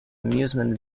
amusement